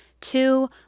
two